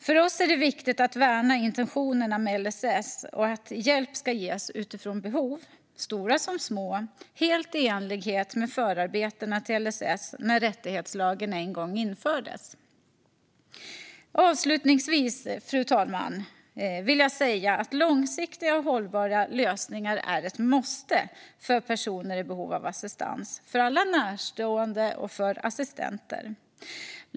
För oss är det viktigt att värna intentionerna med LSS och att hjälp ska ges utifrån behov, stora som små, helt i enlighet med förarbetena till LSS när rättighetslagen en gång infördes. Avslutningsvis, fru talman, vill jag säga att långsiktiga och hållbara lösningar är ett måste för personer i behov av assistans, för alla närstående och för assistenter.